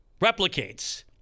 replicates